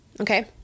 okay